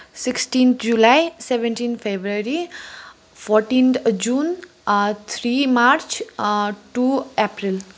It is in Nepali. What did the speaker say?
sixteenth July seventeenth February fourteenth June three March two April